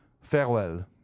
Farewell